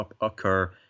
occur